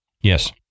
Yes